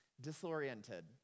disoriented